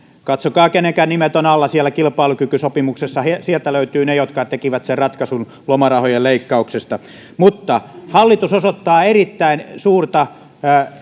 katsokaa kenenkä nimet ovat alla siellä kilpailukykysopimuksessa sieltä löytyvät ne jotka tekivät sen ratkaisun lomarahojen leikkauksesta hallitus osoittaa erittäin suurta